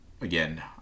again